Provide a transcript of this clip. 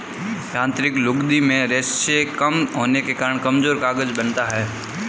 यांत्रिक लुगदी में रेशें कम होने के कारण कमजोर कागज बनता है